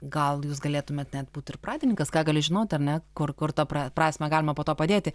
gal jūs galėtumėt net būti ir pradininkas ką gali žinoti ar ne kur kur tą pra prasmę galima po to padėti